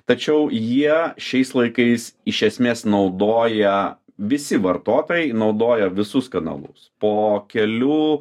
tačiau jie šiais laikais iš esmės naudoja visi vartotojai naudoja visus kanalus po kelių